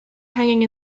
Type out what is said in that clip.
hanging